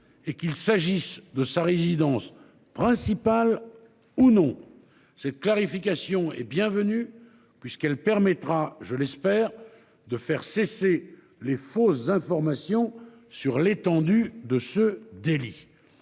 et qu'il s'agisse de sa résidence principale ou non cette clarification est bienvenue puisqu'elle permettra, je l'espère, de faire cesser les fausses informations sur l'étendue de ce délit.